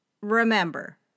remember